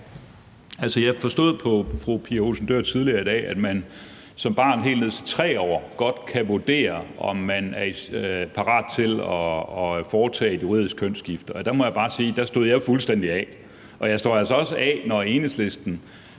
i dag, at man som barn helt ned til 3 år godt kan vurdere, om man er parat til at foretage et juridisk kønsskifte, og jeg må bare sige, at der stod jeg fuldstændig af. Og jeg står altså også af, når Enhedslisten